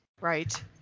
right